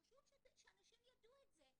חשוב שאנשים יידעו את זה.